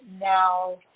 Now